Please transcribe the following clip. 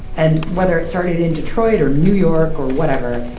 and whether it started in detroit or new york or whatever,